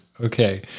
Okay